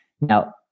Now